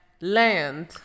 land